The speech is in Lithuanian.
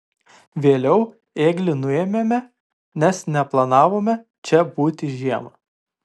vėliau ėglį nuėmėme nes neplanavome čia būti žiemą